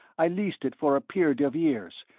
i leased it for a period of years,